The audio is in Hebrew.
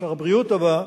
שר הבריאות הבא,